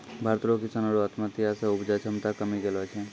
भारत रो किसानो रो आत्महत्या से उपजा क्षमता कमी गेलो छै